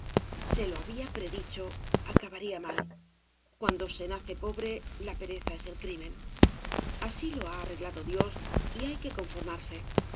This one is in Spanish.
se lo había predicho acabaría mal cuando ae nace pobre la pereza es el crimen así lo ha arreglado dios y hay que conformarse